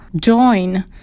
join